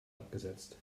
abgesetzt